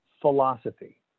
philosophy